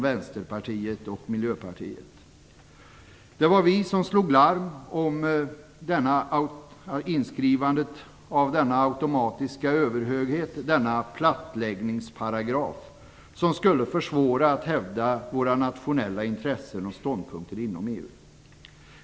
Det var vi som slog larm om inskrivandet av denna automatiska överhöghet, denna plattläggningsparagraf, som skulle göra det svårare att hävda våra nationella intressen och ståndpunkter inom EU.